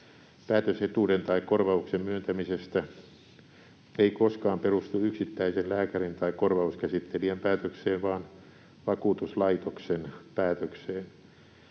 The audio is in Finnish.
Päätös etuuden tai korvauksen myöntämisestä ei koskaan perustu yksittäisen lääkärin tai korvauskäsittelijän päätökseen vaan vakuutuslaitoksen päätökseen.